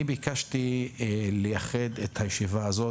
אני ביקשתי לייחד את הישיבה הזאת,